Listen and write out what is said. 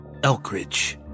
Elkridge